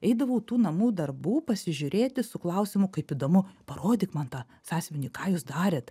eidavau tų namų darbų pasižiūrėti su klausimu kaip įdomu parodyk man tą sąsiuvinį ką jūs darėt